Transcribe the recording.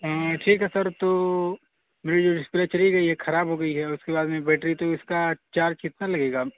ہاں ٹھیک ہے سر تو میری جو ڈسپلے چلی گئی ہے خراب ہو گئی ہے اور اس کے بعد میں بیٹری تو اس کا چارج کتنا لگے گا